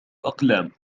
أقلام